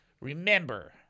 Remember